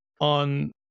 on